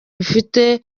bifite